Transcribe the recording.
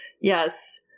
Yes